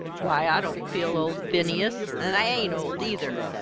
why, i don't feel old, phineas, an' i ain't old, either.